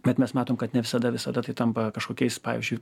bet mes matom kad ne visada visada tai tampa kažkokiais pavyzdžiui